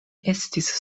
estis